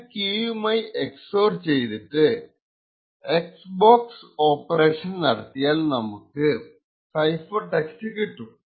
ഇത് കീയുമായി xor ചെയ്തിട്ട് എസ് ബോക്സ് ഓപ്പറേഷൻ നടത്തിയാൽ നമുക്ക് സൈഫർ ടെക്സ്റ്റ് കിട്ടും